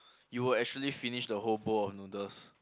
you would actually finish the whole bowl of noodles